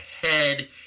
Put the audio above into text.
head